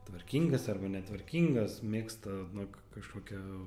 tvarkingas arba netvarkingas mėgsta nu kažkokią